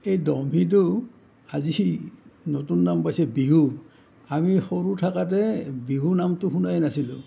এই দহমিটো আজি সেই নতুন নাম পাইছে বিহু আমি সৰু থাকাতে বিহু নামটো শুনাই নাছিলোঁ